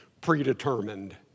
predetermined